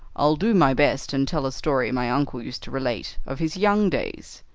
i'll do my best, and tell a story my uncle used to relate of his young days.